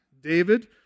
David